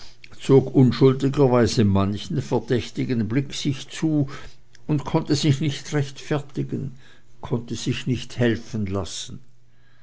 zog unschuldigerweise manchen verdächtigen blick sich zu und konnte sich nicht rechtfertigen konnte sich nicht helfen lassen